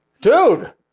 dude